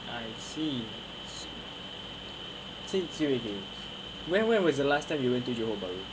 I see since you've been where when was the last time you went johor bahru